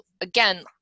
again